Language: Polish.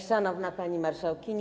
Szanowna Pani Marszałkini!